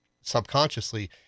subconsciously